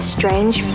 Strange